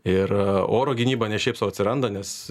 ir oro gynyba ne šiaip sau atsiranda nes